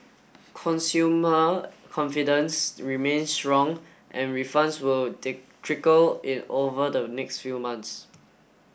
consumer confidence remains strong and refunds will take trickle in over the next few months